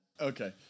Okay